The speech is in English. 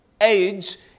Age